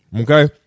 Okay